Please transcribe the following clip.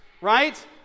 Right